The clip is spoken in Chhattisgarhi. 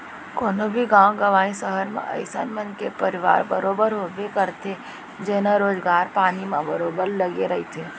कोनो भी गाँव गंवई, सहर म अइसन मनखे परवार बरोबर होबे करथे जेनहा रोजगार पानी म बरोबर लगे रहिथे